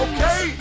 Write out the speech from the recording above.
Okay